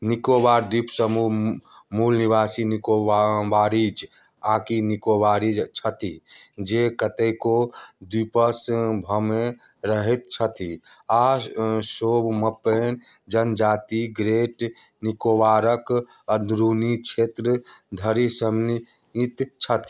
निकोबार द्वीप समूह मूल निवासी निकोबारिज आकि निकोबारीज छथि जे कतेको द्वीपसबमे रहैत छथि आओर शोम्पेन जनजाति ग्रेट निकोबारके अन्दरूनी क्षेत्र धरि सीमित छथि